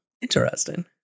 interesting